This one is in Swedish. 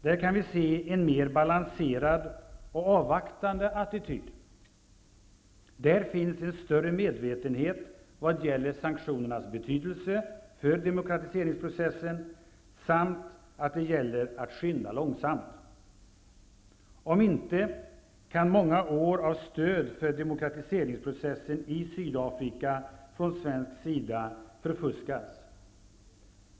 Där kan vi se en mer balanserad och avvaktande attityd. Där finns en större medvetenhet när det gäller sanktionernas betydelse för demokratiseringsprocessen samt en medvetenhet om att det gäller att skynda långsamt. Om inte kan många år av stöd för demokratiseringsprocessen i Sydafrika från svensk sida förfuskas.